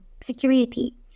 security